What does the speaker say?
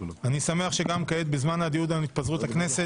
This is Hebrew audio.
אני שמח שם כעת בזמן הדיון על התפזרות הכנסת